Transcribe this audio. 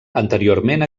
anteriorment